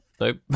nope